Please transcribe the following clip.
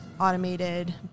automated